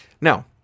Now